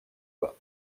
bas